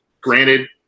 Granted